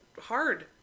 hard